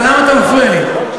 אבל למה אתה מפריע לי?